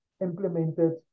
implemented